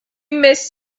miss